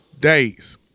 days